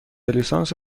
لیسانس